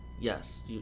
Yes